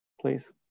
please